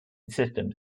systems